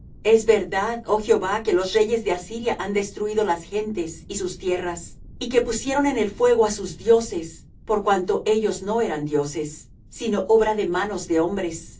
es verdad oh jehová que los reyes de asiria han destruído las gentes y sus tierras y que pusieron en el fuego á sus dioses por cuanto ellos no eran dioses sino obra de manos de hombres